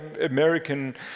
American